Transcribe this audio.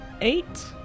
Eight